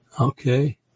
okay